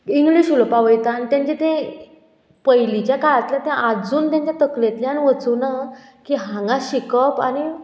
English उलोवपा वयता आनी तेंचे ते पयलींच्या काळांतल्यान ते आजून तेंच्या तकलेंतल्यान वचूं ना की हांगा शिकप आनी